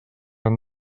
han